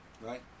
Right